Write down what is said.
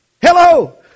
Hello